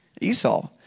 Esau